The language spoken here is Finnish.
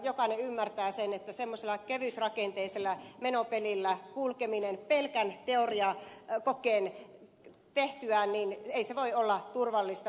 jokainen ymmärtää sen että semmoisella kevytrakenteisella menopelillä kulkeminen pelkän teoriakokeen tehtyään ei voi olla turvallista